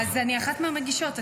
אז אני אחת מהמגישות.